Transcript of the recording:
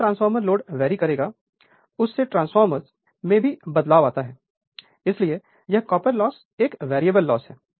अगर transformer load vary करेगा उससे ट्रांसफॉर्मर I मैं भी बदलाव आता है इसलिए यह कॉपर लॉस एक वेरिएबल लॉस है